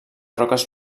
roques